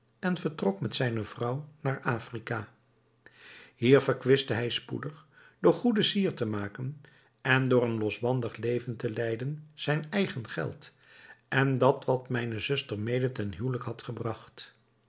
en vertrok met zijne vrouw naar afrika hier verkwistte hij spoedig door goede sier te maken en door een losbandig leven te leiden zijn eigen geld en dat wat mijne zuster mede ten huwelijk had gebragt